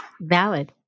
valid